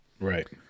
Right